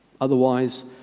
Otherwise